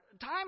time